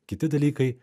kiti dalykai